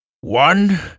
One